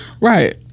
Right